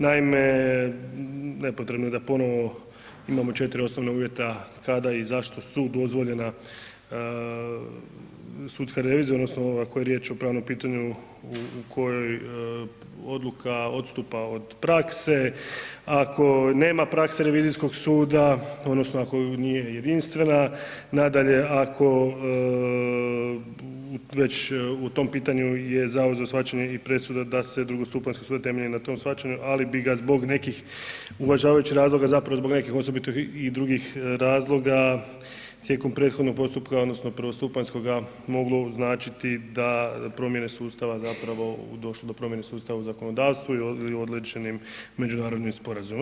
Naime, nepotrebno je da ponovno imamo četiri osnovna uvjeta kada i zašto su dozvoljena, sudska revizija, odnosno ako je riječ o pravnom pitanju u kojoj odluka odstupa od prakse, ako nema prakse revizijskog suda, odnosno ako nije jedinstvena, nadalje ako već u tom pitanju je ... shvaćanje i presuda da se drugostupanjski sud temelji na tom shvaćanju ali bi ga zbog nekih uvažavajućih razloga, zapravo zbog nekih osobito i drugih razloga tijekom prethodnog postupka, odnosno prvostupanjskoga moglo značiti da promjene sustava, zapravo došlo do promjene sustava u zakonodavstvu i ... međunarodnim sporazumima.